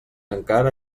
encara